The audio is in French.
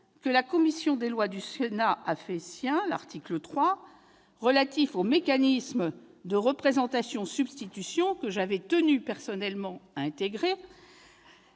que la commission des lois du Sénat a fait sien l'article 3 relatif au mécanisme de représentation-substitution dans les syndicats, que j'avais tenu personnellement à intégrer,